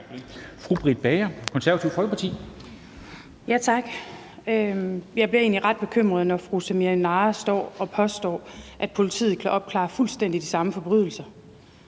Britt Bager (KF): Tak. Jeg bliver egentlig ret bekymret, når fru Samira Nawa står og påstår, at politiet kan opklare fuldstændig de samme forbrydelser